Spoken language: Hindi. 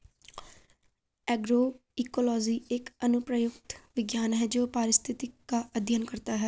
एग्रोइकोलॉजी एक अनुप्रयुक्त विज्ञान है जो पारिस्थितिक का अध्ययन करता है